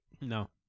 No